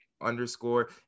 underscore